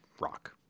rock